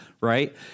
right